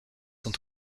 sont